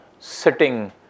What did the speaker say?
sitting